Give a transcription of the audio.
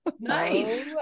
nice